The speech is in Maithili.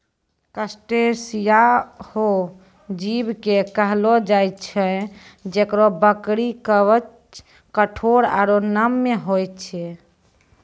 क्रस्टेशिया हो जीव कॅ कहलो जाय छै जेकरो बाहरी कवच कठोर आरो नम्य होय छै